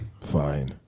Fine